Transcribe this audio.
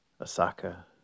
Osaka